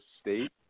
state